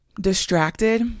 distracted